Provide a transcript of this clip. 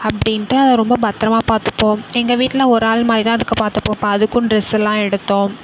அப்படின்ட்டு அது ரொம்ப பத்திரமா பார்த்துப்போம் எங்கள் வீட்டில ஒரு ஆள் மாதிரி தான் அதுக்கு பார்த்துப்போம் இப்போ அதுக்கும் டிரெஸ் எல்லாம் எடுத்தோம்